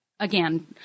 Again